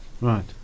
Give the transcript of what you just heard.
Right